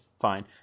Fine